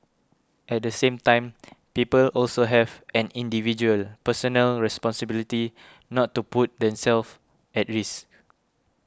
at the same time people also have an individual personal responsibility not to put themselves at risk